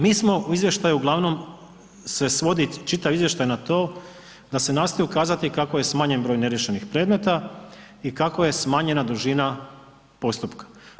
Mi smo u izvještaju, uglavnom se svodi čitav izvještaj na to da se nastoji ukazati kako je smanjen broj neriješenih predmeta i kako je smanjena dužina postupka.